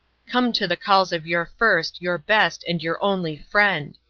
come to the calls of your first, your best, and your only friend.